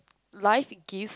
life gives